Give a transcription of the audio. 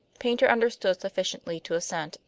paynter understood sufficiently to assent,